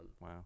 Wow